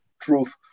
truth